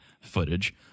footage